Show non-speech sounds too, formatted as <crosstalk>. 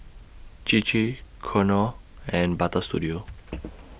Chir Chir Knorr and Butter Studio <noise>